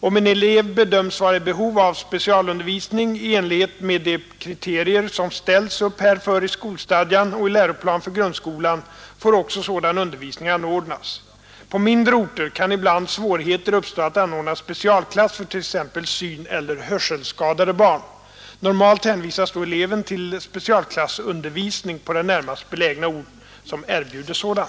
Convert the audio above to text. Om en elev bedöms vara i behov av specialundervisning i enlighet med de kriterier som ställs upp härför i skolstadgan och i läroplan för grundskolan får också sådan undervisning anordnas. På mindre orter kan ibland svårigheter uppstå att anordna specialklass för t.ex. syneller hörselskadade barn. Normalt hänvisas då eleven till specialklassundervisning på den närmast belägna ort som erbjuder sådan.